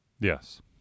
yes